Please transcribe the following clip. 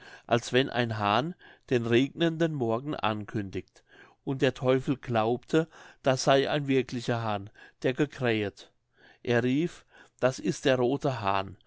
als wenn ein hahn den regnenden morgen ankündigt und der teufel glaubte das sey ein wirklicher hahn der gekrähet er rief das ist der rothe hahn